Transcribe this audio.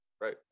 right